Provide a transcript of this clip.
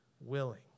willing